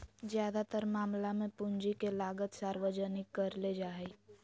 ज्यादातर मामला मे पूंजी के लागत सार्वजनिक करले जा हाई